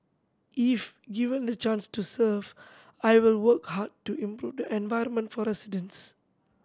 if given the chance to serve I will work hard to improve the environment for residents